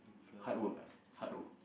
hardwork ah hardwork